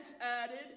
added